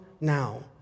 now